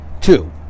two